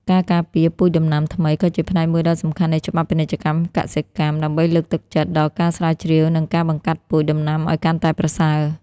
ការការពារពូជដំណាំថ្មី ក៏ជាផ្នែកមួយដ៏សំខាន់នៃច្បាប់ពាណិជ្ជកម្មកសិកម្ម ដើម្បីលើកទឹកចិត្តដល់ការស្រាវជ្រាវ និងការបង្កាត់ពូជដំណាំឱ្យកាន់តែប្រសើរ។